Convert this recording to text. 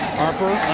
harper.